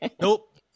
nope